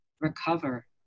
recover